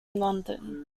london